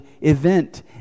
event